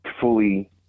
fully